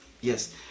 Yes